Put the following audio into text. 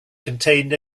contained